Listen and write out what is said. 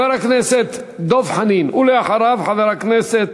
חבר הכנסת דב חנין, ולאחריו, חבר הכנסת